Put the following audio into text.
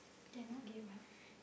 they're not gay what